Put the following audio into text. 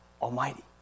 Almighty